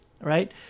right